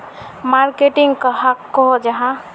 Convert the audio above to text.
Marketing कहाक को जाहा?